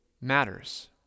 matters